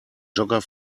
jogger